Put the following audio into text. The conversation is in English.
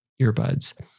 earbuds